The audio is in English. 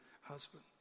husband